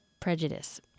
prejudice